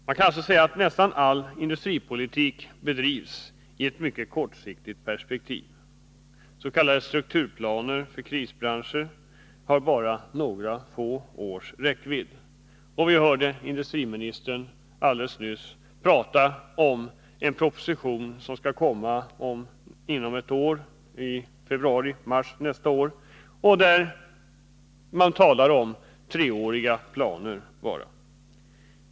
Man kan alltså säga att nästan all industripolitik bedrivs i ett mycket kortsiktigt perspektiv. S. k. strukturplaner för krisbranscher har bara några få års räckvidd. Vi hörde industriministern alldeles nyss tala om en proposition vilken skall läggas fram i februari eller mars nästa år och i vilken det bara är fråga om treåriga planer.